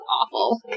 Awful